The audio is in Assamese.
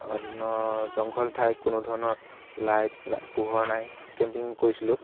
অন জংঘল ঠাইত কোনো ধৰণৰ লাইট নাই পোহৰ নাই কেম্পিং কৰিছিলোঁ